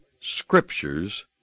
scriptures